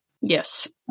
Yes